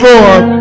Lord